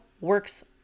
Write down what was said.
works